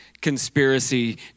conspiracy